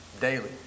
daily